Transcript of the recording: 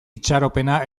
itxaropena